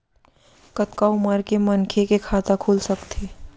कतका उमर के मनखे के खाता खुल सकथे?